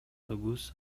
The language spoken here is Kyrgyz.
тогуз